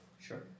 sure